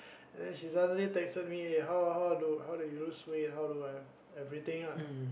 and then she suddenly texted me how how do how do you lose weight how do I everything ah